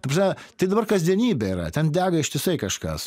ta prasme tai dabar kasdienybė yra ten dega ištisai kažkas